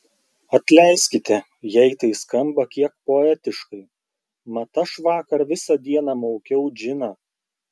atleiskite jei tai skamba kiek poetiškai mat aš vakar visą dieną maukiau džiną